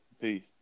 Peace